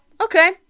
okay